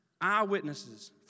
Eyewitnesses